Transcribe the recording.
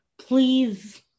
Please